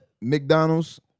McDonald's